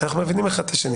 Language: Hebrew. אנחנו מבינים אחד את השני.